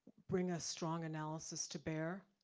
bring a strong analysis to bear.